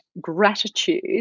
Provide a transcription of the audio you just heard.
gratitude